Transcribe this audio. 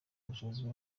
ubushobozi